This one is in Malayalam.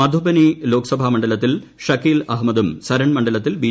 മധുബനി ലോക്സഭാ മണ്ഡലത്തിൽ ഷക്കീൽ അഹമ്മദും സരൺ മണ്ഡലത്തിൽ ബി